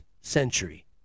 century